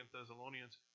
Thessalonians